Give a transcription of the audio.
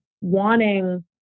wanting